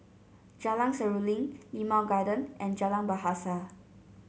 Jalan Seruling Limau Garden and Jalan Bahasa